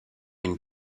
une